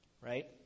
right